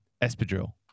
Espadrille